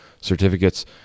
certificates